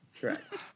Correct